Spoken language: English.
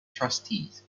trustees